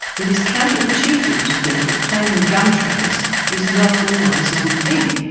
it is counterintuitive to think that planting gumtrees is not always a good thing.